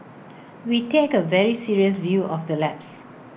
we take A very serious view of the lapse